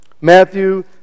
Matthew